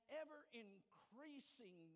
ever-increasing